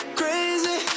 crazy